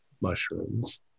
mushrooms